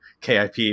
KIP